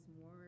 more